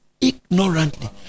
ignorantly